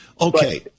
Okay